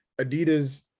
adidas